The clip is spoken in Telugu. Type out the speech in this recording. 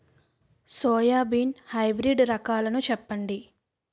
సోయాబీన్ హైబ్రిడ్ రకాలను చెప్పండి?